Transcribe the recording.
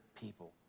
people